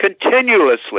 continuously